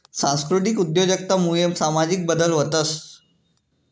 सांस्कृतिक उद्योजकता मुये सामाजिक बदल व्हतंस